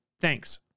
Thanks